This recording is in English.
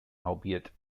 albeit